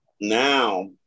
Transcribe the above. Now